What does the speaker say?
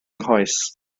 nghoes